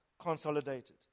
consolidated